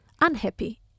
unhappy